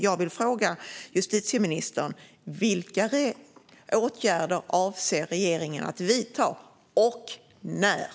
Jag vill fråga justitieministern: Vilka åtgärder avser regeringen att vidta, och när?